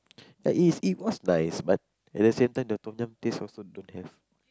ya is it was nice but at the same time the Tom-Yum taste also don't have